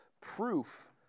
proof